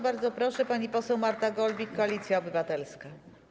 Bardzo proszę, pani poseł Marta Golbik, Koalicja Obywatelska.